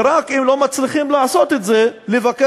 ורק אם לא מצליחים לעשות את זה לבקש,